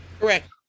Correct